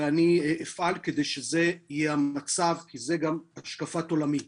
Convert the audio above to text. ואני אפעל כדי שזה יהיה המצב כי זאת גם השקפת עולמי.